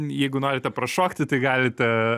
jeigu norite pašokti tai galite